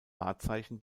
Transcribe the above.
wahrzeichen